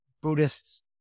Buddhists